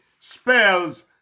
spells